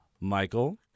michael